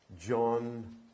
John